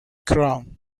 crown